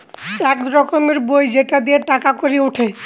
এক রকমের বই সেটা দিয়ে টাকা কড়ি উঠে